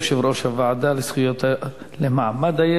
יושב-ראש הוועדה לזכויות הילד.